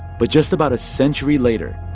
but just about a century later,